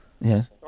Yes